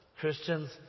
Christians